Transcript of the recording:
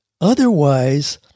Otherwise